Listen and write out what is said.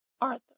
Arthur